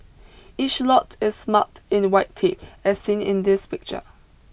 each lot is marked in white tape as seen in this picture